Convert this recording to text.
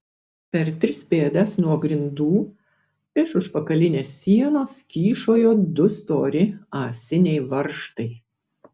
per tris pėdas nuo grindų iš užpakalinės sienos kyšojo du stori ąsiniai varžtai